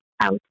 out